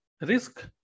risk